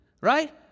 Right